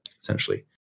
essentially